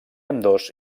ambdós